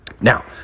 Now